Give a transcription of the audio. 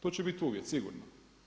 To će biti uvjet sigurno.